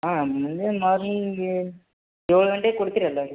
ಹಾಂ ಮುಂಜಾನೆ ಮಾರ್ನಿಂಗೆ ಏಳು ಗಂಟೆಗೆ ಕೊಡ್ತೀರಲ್ಲ ನೀವು